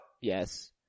yes